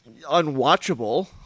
unwatchable